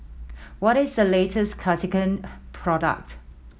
what is the latest Cartigain product